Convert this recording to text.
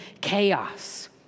chaos